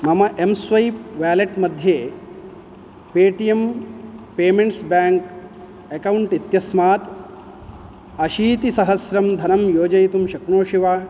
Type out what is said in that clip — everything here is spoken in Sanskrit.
मम एम् स्वैप् वेलट् मध्ये पेटीएम् पेमेण्ट्स् बैङ्क् अक्कौण्ट् इत्यस्मात् अशीतिसहस्रं धनं योजयितुं शक्नोषि वा